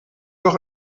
doch